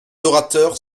orateurs